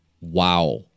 wow